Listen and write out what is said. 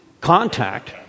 contact